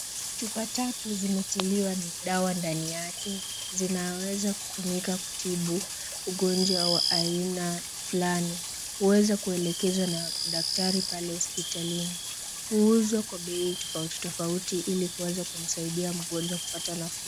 Chupa tatu zimetiliwa dawa ndani yake, zinaweza kutumika kutibu ugonjwa wa aina fulani. Huweza kuelekezwa na daktari pale hospitalini. Huuzwa kwa behi tofauti tofauti ili kuweza kumsaidia mgonjwa kupata nafuu?